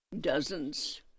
dozens